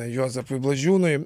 juozapui blažiūnui